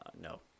no